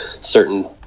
certain